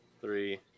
three